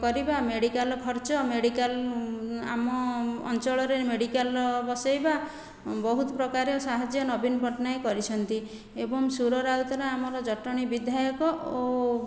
କରିବା ମେଡ଼ିକାଲ ଖର୍ଚ୍ଚ ମେଡ଼ିକାଲ ଆମ ଅଞ୍ଚଳରେ ମେଡ଼ିକାଲ ବସାଇବା ବହୁତ ପ୍ରକାର ସାହାଯ୍ୟ ନବୀନ ପଟ୍ଟନାୟକ କରିଛନ୍ତି ଏବଂ ସୁର ରାଉତରାୟ ଆମର ଜଟଣୀ ବିଧାୟକ ଓ